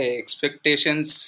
expectations